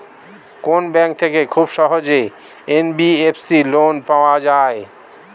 কোন ব্যাংক থেকে খুব সহজেই এন.বি.এফ.সি লোন পাওয়া যায়?